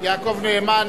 יעקב נאמן,